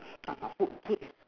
ah food food